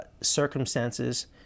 circumstances